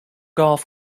golf